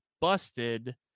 Busted